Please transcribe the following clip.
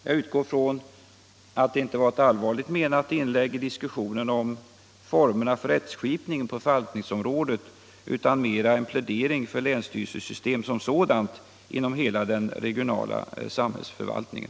Jag utgår ifrån att det inte var ett allvarligt menat inlägg i diskussionen om formerna för rättskipningen på förvaltningsområdet utan mera en plädering för länsstyrelsesystemet som sådant inom hela den regionala samhällsförvaltningen.